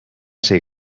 ser